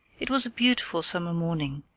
it was a beautiful summer morning,